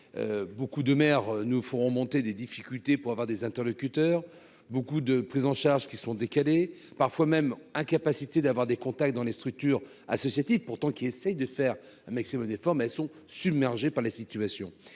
beaucoup de maires nous ferons monter des difficultés pour avoir des interlocuteurs beaucoup de prise en charge qui sont décalés, parfois même incapacité d'avoir des contacts dans les structures associatives pourtant qui essaie de faire un maximum d'efforts, mais elles sont submergés par la situation